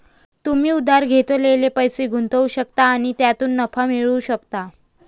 तुम्ही उधार घेतलेले पैसे गुंतवू शकता आणि त्यातून नफा मिळवू शकता